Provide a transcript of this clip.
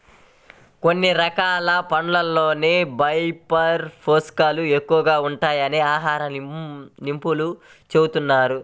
కొన్ని రకాల పండ్లల్లోనే ఫైబర్ పోషకాలు ఎక్కువగా ఉంటాయని ఆహార నిపుణులు చెబుతున్నారు